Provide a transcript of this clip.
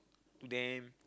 to them